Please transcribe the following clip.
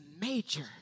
major